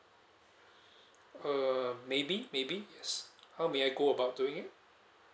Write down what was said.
uh maybe maybe yes how may I go about doing it